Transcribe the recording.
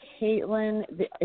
Caitlin